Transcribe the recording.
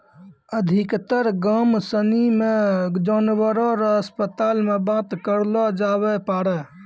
अधिकतर गाम सनी मे जानवर रो अस्पताल मे बात करलो जावै पारै